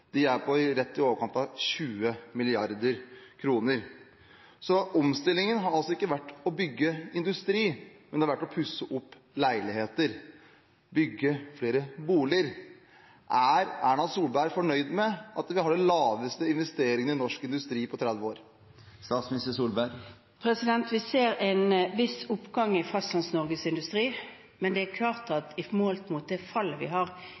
overkant av 20 mrd. kr. Så omstillingen har ikke vært å bygge industri, men det har vært å pusse opp leiligheter, bygge flere boliger. Er Erna Solberg fornøyd med at vi har de laveste investeringene i norsk industri på 30 år? Vi ser en viss oppgang i Fastlands-Norges industri, men det er klart at målt mot det fallet vi har